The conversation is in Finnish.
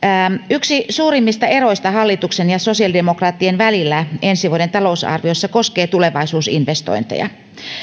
yksi suurimmista eroista hallituksen ja sosiaalidemokraattien välillä ensi vuoden talousarviossa koskee tulevaisuusinvestointeja